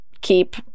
keep